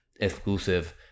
exclusive